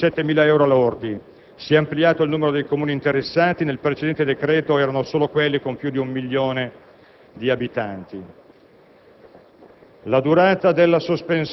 si è definito un limite di reddito pari a 27.000 euro lordi; si è infine ampliato il numero dei Comuni interessati. Nel precedente decreto erano solo quelli con più di un milione di abitanti.